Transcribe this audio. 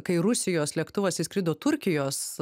kai rusijos lėktuvas išskrido turkijos